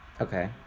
Okay